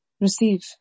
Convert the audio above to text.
receive